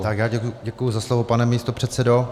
Tak já děkuji za slovo, pane místopředsedo.